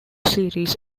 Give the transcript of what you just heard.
series